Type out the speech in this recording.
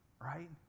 right